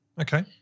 Okay